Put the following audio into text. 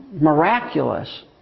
miraculous